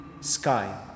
sky